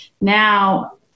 Now